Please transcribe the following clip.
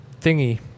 thingy